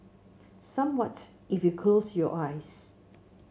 somewhat if you close your eyes